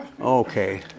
Okay